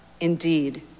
Indeed